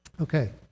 Okay